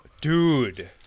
dude